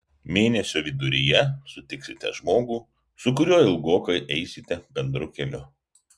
mėnesio viduryje sutiksite žmogų su kuriuo ilgokai eisite bendru keliu